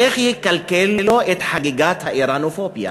איך יקלקל לו את חגיגת האיראנופוביה?